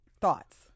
Thoughts